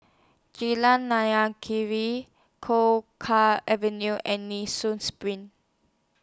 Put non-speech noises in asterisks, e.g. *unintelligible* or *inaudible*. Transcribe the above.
Jalan Naya Kee *unintelligible* Choe Ka Avenue and Nee Soon SPRING